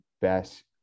best